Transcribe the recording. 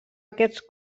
aquests